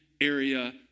area